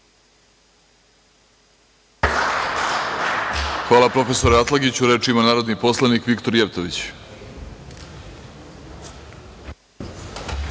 Hvala, profesore Atlagiću. Reč ima narodni poslanik Viktor Jevtović.